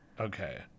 Okay